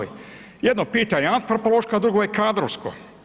Jedno pitanje, antropološka, a drugo je kadrovsko.